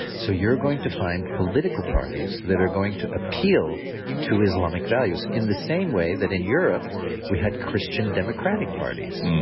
so you're going to find political parties that are going to appeal to islamic values in the same way that in europe we had christian democratic parties,